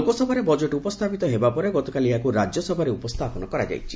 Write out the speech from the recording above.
ଲୋକସଭାରେ ବଜେଟ୍ ଉପସ୍ଥାପିତ ହେବା ପରେ ଗତକାଲି ଏହାକୁ ରାଜ୍ୟସଭାରେ ଉପସ୍ଥାପନ କରାଯାଇଛି